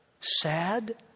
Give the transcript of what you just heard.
sad